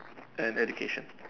and education